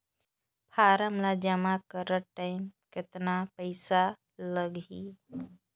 Form ला जमा करत टाइम कतना पइसा लगही?